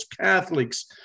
Catholics